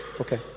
okay